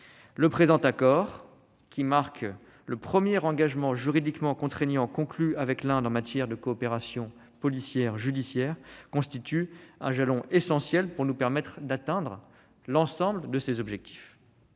à votre approbation, le premier engagement juridiquement contraignant conclu avec l'Inde en matière de coopération policière et judiciaire, constitue un jalon essentiel pour nous permettre d'atteindre l'ensemble de ces objectifs.